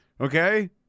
Okay